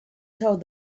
told